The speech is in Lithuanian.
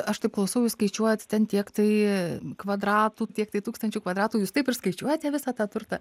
aš taip klausau jūs skaičiuojat ten tiek tai kvadratų tiek tai tūkstančių kvadratų jūs taip ir skaičiuojate visą tą turtą